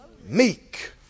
Meek